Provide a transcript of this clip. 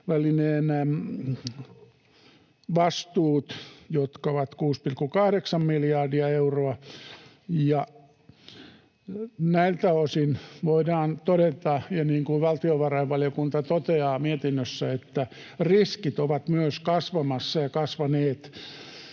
vastuut, jotka ovat 6,8 miljardia euroa, ja näiltä osin voidaan todeta, niin kuin valtiovarainvaliokunta toteaa mietinnössä, että riskit ovat myös kasvamassa ja kasvaneet.